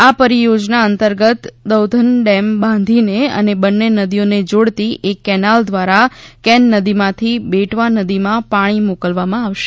આ પરિયોજના અંતર્ગત દૌધન ડેમ બાંધીને અને બંન્ને નદીઓને જોડતી એક કેનાલ દ્વારા કેન નદીમાંથી બેટવા નદીમાં પાણી મોકલવામાં આવશે